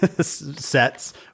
sets